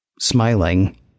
Smiling